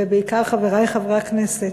ובעיקר חברי חברי הכנסת,